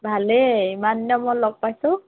ভালেই ইমান দিনৰ মূৰত লগ পাইছোঁ